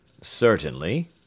Certainly